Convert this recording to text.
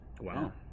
Wow